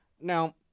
Now